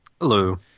Hello